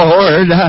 Lord